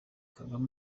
kagame